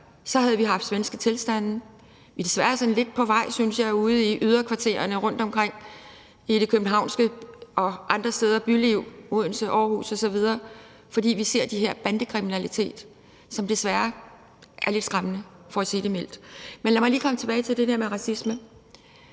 havde vi haft svenske tilstande. Vi er desværre sådan lidt på vej, synes jeg, for ude i yderkvartererne rundtomkring, i det københavnske byliv og i bylivet andre steder som f.eks. Odense, Aarhus osv. ser vi den her bandekriminalitet, som desværre er lidt skræmmende – for at sige det mildt. Men lad mig lige komme tilbage til det der med racisme.